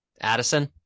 Addison